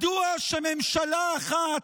מדוע שממשלה אחת,